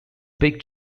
big